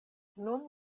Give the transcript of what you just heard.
nun